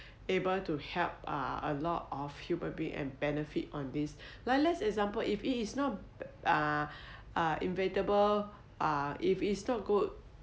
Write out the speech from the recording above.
able to help uh lot of humour being and benefit on this like let's example if it is not uh uh inevitable uh if it's not good